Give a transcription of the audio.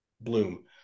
bloom